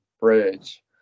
bridge